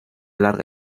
larga